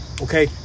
okay